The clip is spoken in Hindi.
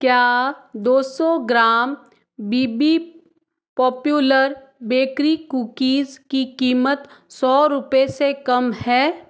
क्या दो सौ gram B B popular bakery cookies की कीमत सौ रुपये से कम है